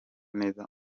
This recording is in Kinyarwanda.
neza